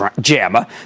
JAMA